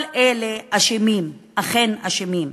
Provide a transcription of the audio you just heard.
כל אלה אשמים, אכן, אשמים.